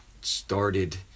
started